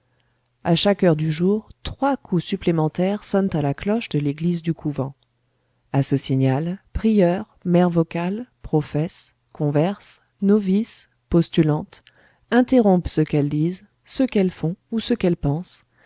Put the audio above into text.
à chaque heure du jour trois coups supplémentaires sonnent à la cloche de l'église du couvent à ce signal prieure mères vocales professes converses novices postulantes interrompent ce qu'elles disent ce qu'elles font ou ce qu'elles pensent